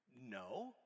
No